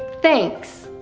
thanks